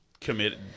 committed